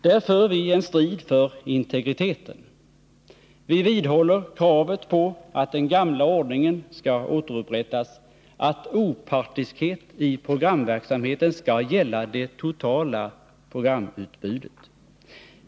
Där för vi en strid för integriteten. Vi vidhåller kravet på att den gamla ordningen skall återupprättas, att opartiskhet i programverksamheten skall gälla det totala programutbudet.